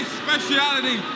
speciality